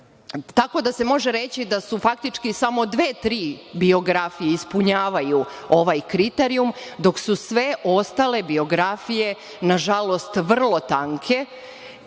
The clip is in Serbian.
da, može se reći da su faktički da samo dve, tri biografije ispunjavaju ovaj kriterijum, dok su sve ostale biografije nažalost vrlo tanke